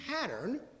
pattern